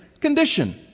condition